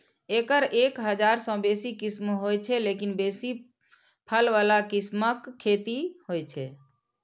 एकर एक हजार सं बेसी किस्म होइ छै, लेकिन बेसी फल बला किस्मक खेती होइ छै